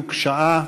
בדיוק שעה,